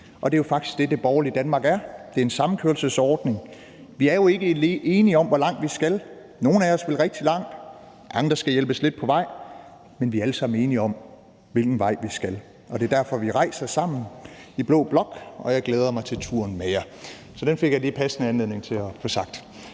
og det er faktisk det, det borgerlige Danmark er, nemlig en samkørselsordning. Vi er jo ikke enige om, hvor langt vi skal. Nogle af os vil rigtig langt, andre skal hjælpes lidt på vej, men vi er alle sammen enige om, hvilken vej vi skal. Det er derfor, vi rejser sammen i blå blok, og jeg glæder mig til turen med jer. Det fik jeg passende lige anledning til at få sagt: